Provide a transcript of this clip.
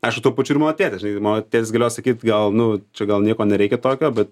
aišku tuo pačiu ir mono tėtis žinai mano tėtis galėjo sakyt gal nu čia gal nieko nereikia tokio